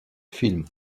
film